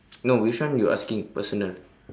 no which one you asking personal